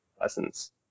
lessons